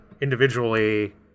individually